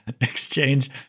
exchange